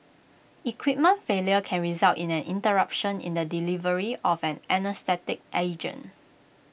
equipment failure can result in an interruption in the delivery of the anaesthetic agent